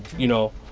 you know,